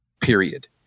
period